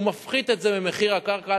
הוא מפחית את זה ממחיר הקרקע,